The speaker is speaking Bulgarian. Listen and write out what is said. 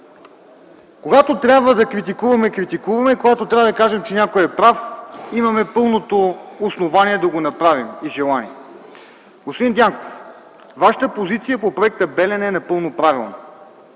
Когато трябва да критикуваме – критикуваме, когато трябва да кажем, че някой е прав, имаме пълното основание и желание да го направим. Господин Дянков, Вашата позиция по проекта „Белене” е напълно правилна.